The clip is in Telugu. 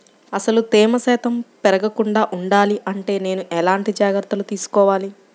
అసలు తేమ శాతం పెరగకుండా వుండాలి అంటే నేను ఎలాంటి జాగ్రత్తలు తీసుకోవాలి?